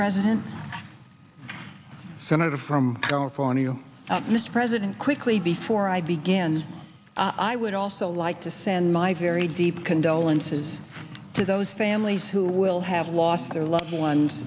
president senator from california mr president quickly before i begin i would also like to send my very deep condolences to those families who will have lost their loved ones